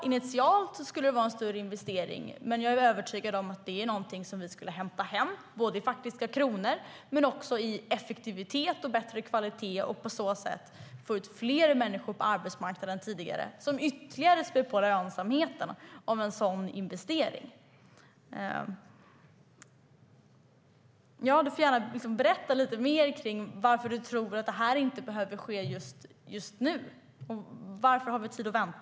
Initialt skulle det vara en större investering, men jag är övertygad om att det är någonting som vi skulle hämta hem, både i faktiska kronor och i effektivitet och bättre kvalitet, och på så sätt få ut fler människor på arbetsmarknaden tidigare, vilket ytterligare spär på lönsamheten i en sådan investering. Aida Hadzialic får gärna berätta lite mer om varför hon inte tror att det här behöver ske just nu. Varför har vi tid att vänta?